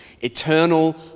eternal